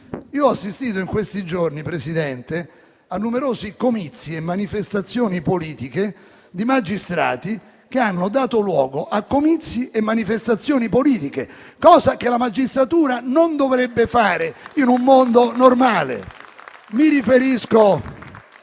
Ho assistito in questi giorni, signor Presidente, a numerosi comizi e manifestazioni politiche di magistrati che hanno dato luogo a comizi e manifestazioni politiche, cosa che la magistratura non dovrebbe fare in un mondo normale.